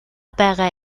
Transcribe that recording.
байгаа